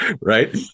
Right